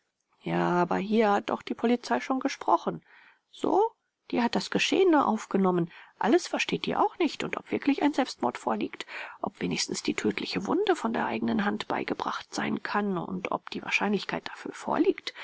ja aber hier hat doch die polizei schon gesprochen so die hat das geschehene aufgenommen alles versteht die auch nicht und ob wirklich ein selbstmord vorliegt ob wenigstens die tödliche wunde von der eigenen hand beigebracht sein kann und ob die wahrscheinlichkeit dafür vorliegt